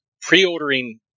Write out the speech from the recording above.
pre-ordering